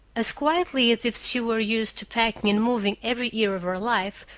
as quietly as if she were used to packing and moving every year of her life,